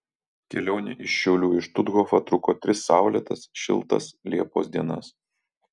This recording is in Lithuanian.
kelionė iš šiaulių į štuthofą truko tris saulėtas šiltas liepos dienas